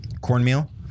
cornmeal